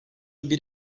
bir